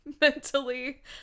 mentally